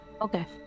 Okay